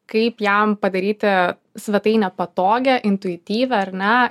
kaip jam padaryti svetainę patogią intuityvią ar ne